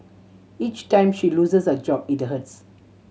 each time she loses a job it hurts